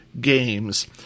games